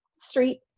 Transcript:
street